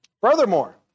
Furthermore